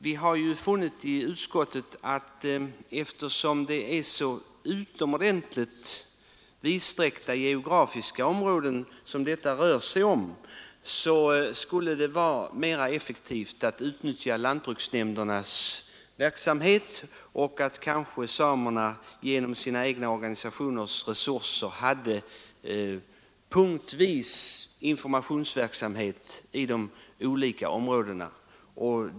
Vi har i utskottet funnit att eftersom det rör sig om geografiskt så utomordentligt vidsträckta områden skulle det vara mer effektivt om lantbruksnämndens verksamhet utnyttjades och om samerna med sina egna organisationers resurser bedriver punktvis informationsverksamhet i de olika områdena.